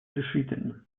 решительно